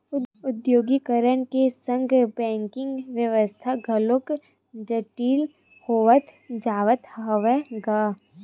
औद्योगीकरन के संग बेंकिग बेवस्था घलोक जटिल होवत जावत हवय गा